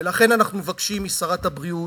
ולכן, אנחנו מבקשים משרת הבריאות,